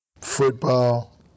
football